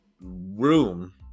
room